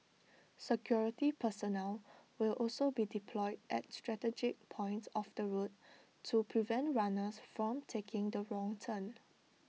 security personnel will also be deployed at strategic points of the route to prevent runners from taking the wrong turn